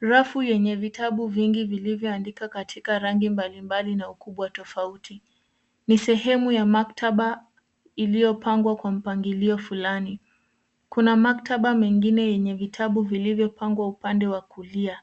Rafu yenye vitabu vingi vilivyoandika katika rangi mbalimbali na ukubwa tofauti. Ni sehemu ya maktaba iliyopangwa kwa mpangilio fulani. Kuna maktaba mengine yenye vitabu vilivyopangwa upande wa kulia.